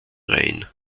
rhein